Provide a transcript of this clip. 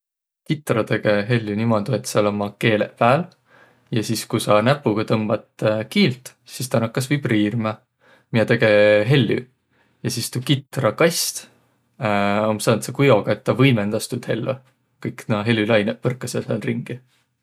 Kitra tege hellü niimuudu, et sääl ummaq keeleq pääl ja sis ku saq näpuga tõmbat kiilt, sis tä nakkas vibriirmä, miä tege hellü. Ja sis tuu kitra kast om säändse kujoga, et tä võimõndas tuud hellü, kõik naaq helülainõq põrkasõq sääl ringi.